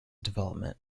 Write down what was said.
development